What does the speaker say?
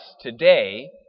today